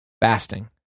Fasting